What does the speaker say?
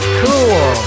cool